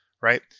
right